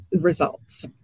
results